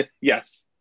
Yes